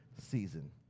season